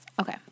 Okay